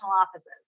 offices